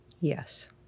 Yes